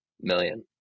million